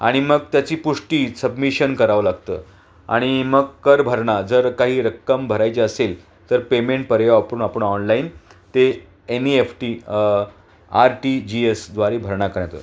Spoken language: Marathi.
आणि मग त्याची पुष्टी सबमिशन करावं लागतं आणि मग कर भरणा जर काही रक्कम भरायची असेल तर पेमेंट पर्याय आपण ऑनलाईन ते N E F T R T G एसद्वारे भरणा